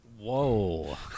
Whoa